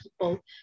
people